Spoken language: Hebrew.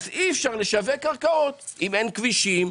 אז אי אפשר לשווק קרקעות אם אין כבישים.